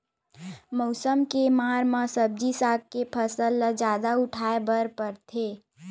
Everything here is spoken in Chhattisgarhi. मउसम के मार म सब्जी साग के फसल ल जादा उठाए बर परथे